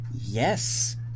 Yes